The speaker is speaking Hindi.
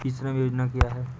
ई श्रम योजना क्या है?